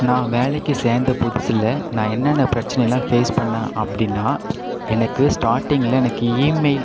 நான் வேலைக்கு சேர்ந்த புதுசில் நான் என்னென்ன பிரச்சனைலாம் ஃபேஸ் பண்ணேன் அப்படினா எனக்கு ஸ்டாட்டிங்கில எனக்கு இமெயில்